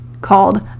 called